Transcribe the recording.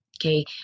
Okay